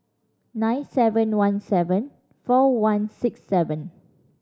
nine seven one seven four one six seven